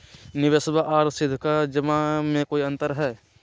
निबेसबा आर सीधका जमा मे कोइ अंतर हय?